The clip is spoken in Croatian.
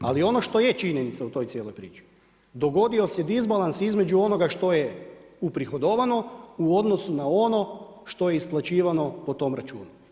Ali ono što je činjenica u toj cijeloj priči, dogodio se disbalans između onoga što je uprihodovano u odnosu na ono što je isplaćivano po tom računu.